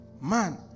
Man